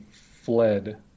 fled